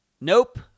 Nope